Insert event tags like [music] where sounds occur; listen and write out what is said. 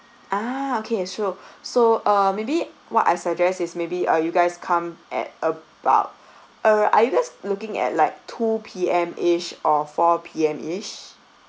ah okay sure [breath] so uh maybe what I suggest is maybe uh you guys come at about uh are you guys looking at like two P_M ish or four P_M ish